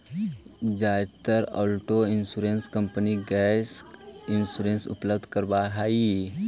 जादेतर auto insurance company gap insurance उपलब्ध करावऽ हई